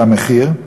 על המחיר,